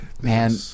Man